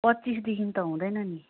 पच्चिसदेखि त हुँदैन नि